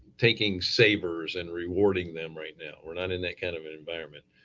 taking savers and rewarding them right now, we're not in that kind of environment.